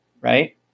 right